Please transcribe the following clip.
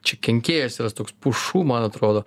čia kenkėjas yra toks pušų man atrodo